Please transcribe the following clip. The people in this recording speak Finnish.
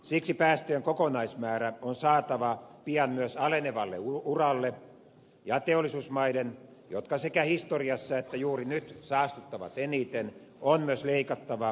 siksi päästöjen kokonaismäärä on saatava pian myös alenevalle uralle ja teollisuusmaiden jotka sekä historiassa että juuri nyt saastuttavat eniten on myös leikattava päästöjään eniten